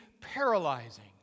paralyzing